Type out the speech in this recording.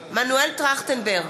טרכטנברג,